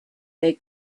they